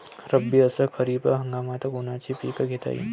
रब्बी अस खरीप हंगामात कोनचे पिकं घेता येईन?